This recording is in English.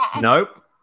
nope